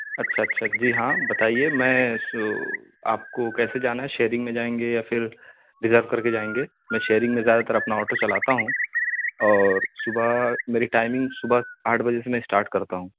اچھا اچھا جی ہاں بتائیے میں آپ کو کیسے جانا ہے شیئرنگ میں جائیں گے یا پھر ریزرو کر کے جائیں گے میں شیئرنگ میں زیادہ تر اپنا آٹو چلاتا ہوں اور صبح میری ٹائمنگ صبح آٹھ بجے سے میں اسٹارٹ کرتا ہوں